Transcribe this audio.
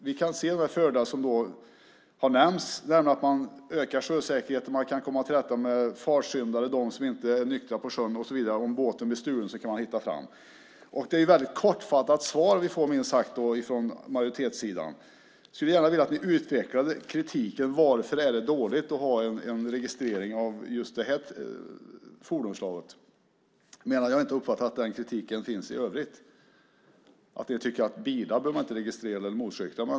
Vi kan se de fördelar som har nämnts, nämligen att man ökar sjösäkerheten, man kan komma till rätta med fartsyndare, dem som inte är nyktra på sjön och så vidare. Om båten blir stulen kan man hitta fram. Svaret från majoriteten är minst sagt väldigt kortfattat. Jag skulle gärna vilja att ni utvecklade kritiken - varför är det dåligt att ha en registrering av just det här fordonsslaget? Jag har inte uppfattat att den kritiken finns i övrigt, att någon skulle tycka att man inte behöver registrera bilar eller motorcyklar.